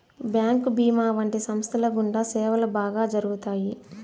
bank భీమా వంటి సంస్థల గుండా సేవలు బాగా జరుగుతాయి